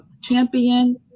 Champion